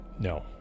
no